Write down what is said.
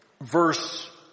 verse